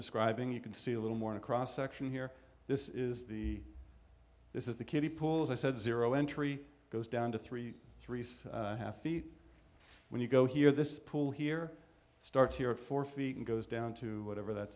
describing you can see a little more in a cross section here this is the this is the kiddie pool as i said zero entry goes down to three three half feet when you go here this pool here starts here at four feet and goes down to over that